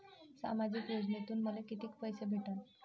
सामाजिक योजनेतून मले कितीक पैसे भेटन?